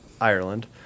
Ireland